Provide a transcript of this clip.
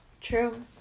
true